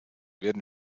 werden